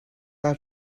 are